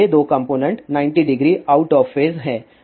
तो ये दो कॉम्पोनेन्ट 900 आउट ऑफ फेज हैं